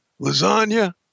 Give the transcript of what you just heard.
lasagna